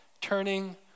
turning